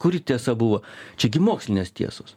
kuri tiesa buvo čia gi mokslinės tiesos